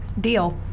Deal